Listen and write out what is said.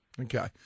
Okay